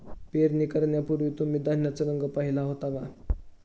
पेरणी करण्यापूर्वी तुम्ही धान्याचा रंग पाहीला होता का?